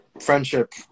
friendship